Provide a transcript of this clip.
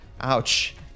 Ouch